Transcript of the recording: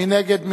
מי נגד?